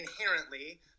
inherently